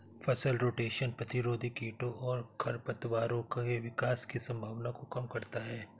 फसल रोटेशन प्रतिरोधी कीटों और खरपतवारों के विकास की संभावना को कम करता है